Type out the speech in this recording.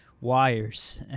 wires